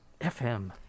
FM